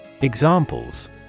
Examples